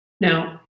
Now